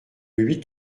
huit